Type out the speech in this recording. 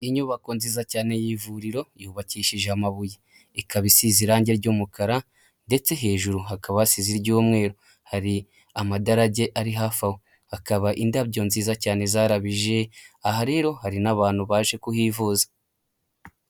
Inyubako nziza cyane y'ivuriro yubakishije amabuye, ikaba isize irange ry'umukara ndetse hejuru hakaba hasize iry'umweru, hari amadarage ari hafi aho, hakaba indabyo nziza cyane zarabije, aha rero hari n'abantu baje kuhivuza.